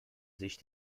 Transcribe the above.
sich